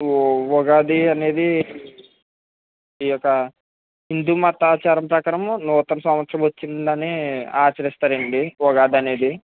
వో ఉగాది అనేది ఈ యొక్క హిందూ మత ఆచారం ప్రకారం నూతన సంవత్సరం వచ్చిందని ఆచరిస్తారండి ఉగాది అనేది